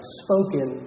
spoken